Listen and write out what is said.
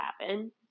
happen